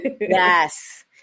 Yes